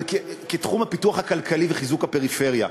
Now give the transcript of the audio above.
אבל כתחום הפיתוח הכלכלי וחיזוק הפריפריה,